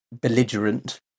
belligerent